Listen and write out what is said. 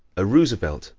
a roosevelt,